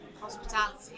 hospitality